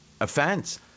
offense